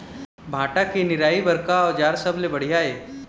भांटा के निराई बर का औजार सबले बढ़िया ये?